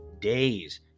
days